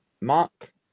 Mark